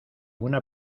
una